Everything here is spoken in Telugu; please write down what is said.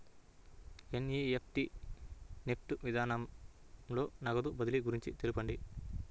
ఎన్.ఈ.ఎఫ్.టీ నెఫ్ట్ విధానంలో నగదు బదిలీ గురించి తెలుపండి?